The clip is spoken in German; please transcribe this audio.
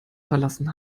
verlassen